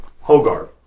Hogarth